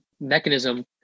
mechanism